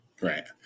Right